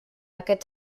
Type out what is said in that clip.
aquest